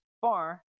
far